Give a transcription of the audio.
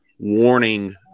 warning